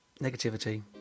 Negativity